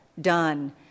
done